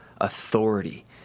authority